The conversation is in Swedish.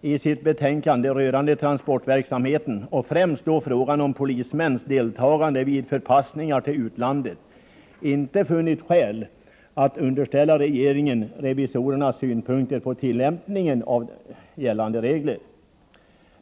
i sitt betänkande rörande transportverksamheten, och främst då frågan om polismäns deltagande vid förpassningar till utlandet, inte har funnit skäl att underställa regeringen revisorernas synpunkter på tillämpningen av gällande regler.